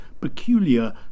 peculiar